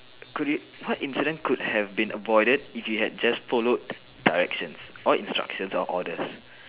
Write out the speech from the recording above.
could you what incident could have been avoided if you had just followed directions or instructions or orders